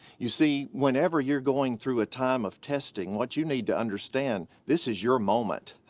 you see, whenever you're going through a time of testing, what you need to understand, this is your moment.